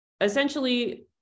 essentially